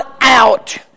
out